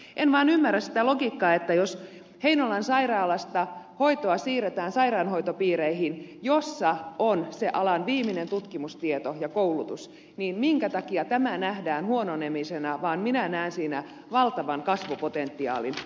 en vain ymmärrä sitä logiikkaa että jos heinolan sairaalasta hoitoa siirretään sairaanhoitopiireihin jossa on se alan viimeinen tutkimustieto ja koulutus niin minkä takia tämä nähdään huononemisena vaan minä näen siinä valtavan kasvupotentiaalin